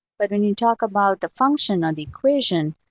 but when you talk about the function or the equation,